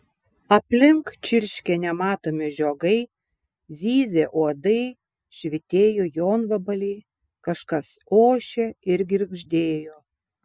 aplink čirškė nematomi žiogai zyzė uodai švytėjo jonvabaliai kažkas ošė ir girgždėjo